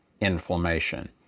inflammation